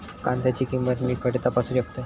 कांद्याची किंमत मी खडे तपासू शकतय?